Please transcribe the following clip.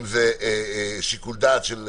אם זה שיקול דעת.